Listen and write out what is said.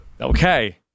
Okay